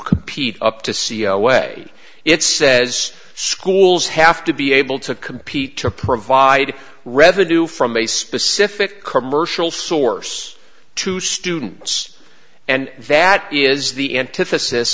compete up to c e o way it says schools have to be able to compete to provide revenue from a specific commercial source to students and that is the antithesis